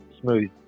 smooth